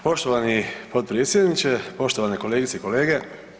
Poštovani g. potpredsjedniče, poštovane kolegice i kolege.